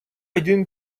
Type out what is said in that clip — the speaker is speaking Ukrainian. один